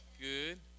Good